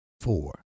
four